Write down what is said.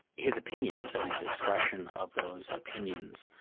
his opinions and his expression of those opinions.